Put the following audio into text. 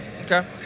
Okay